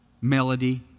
Melody